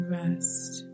rest